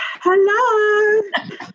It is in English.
Hello